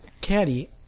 caddy